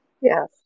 Yes